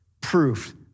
proof